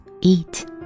eat